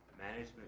management